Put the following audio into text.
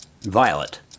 Violet